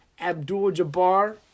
Abdul-Jabbar